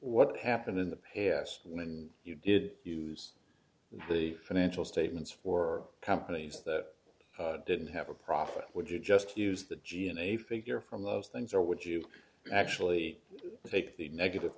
what happened in the us when you did use the financial statements for companies that didn't have a profit would you just use the g n a figure from those things or would you actually take the negative